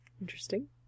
Interesting